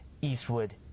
Eastwood